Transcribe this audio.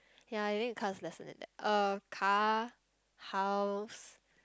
ya I think a car is lesser than that uh car house